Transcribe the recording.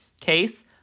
case